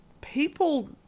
people